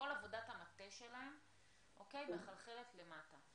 כל עבודת המטה שלהם מחלחלת למטה.